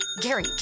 Gary